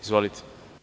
Izvolite.